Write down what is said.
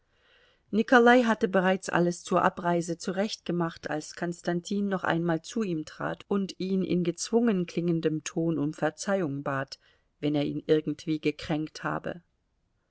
nikolai hatte bereits alles zur abreise zurechtgemacht als konstantin noch einmal zu ihm trat und ihn in gezwungen klingendem ton um verzeihung bat wenn er ihn irgendwie gekränkt habe